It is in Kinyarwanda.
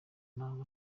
naho